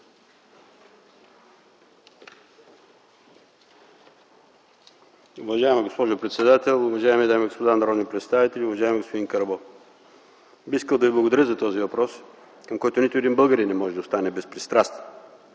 Уважаема госпожо председател, уважаеми дами и господа народни представители! Уважаеми господин Карбов, бих искал да Ви благодаря за този въпрос, към който нито един българин не може да остане безпристрастен.